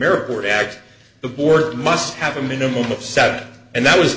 airport act the board must have a minimum of sat and that was